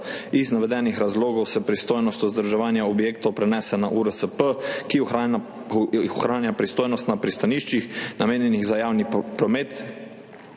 Iz navedenih razlogov se pristojnost vzdrževanja objektov prenese na URSP, ki ohranja pristojnost na pristaniščih, namenjenih za javni promet,